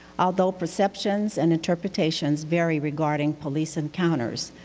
although perceptions and interpretations vary regarding police encounters,